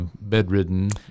bedridden